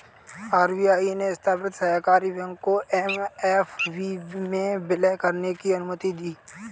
RBI ने स्थापित सहकारी बैंक को एस.एफ.बी में विलय करने की अनुमति दी